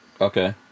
Okay